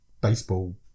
baseball